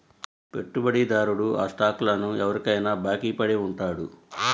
పెట్టుబడిదారుడు ఆ స్టాక్లను ఎవరికైనా బాకీ పడి ఉంటాడు